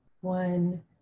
one